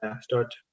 start